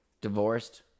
Divorced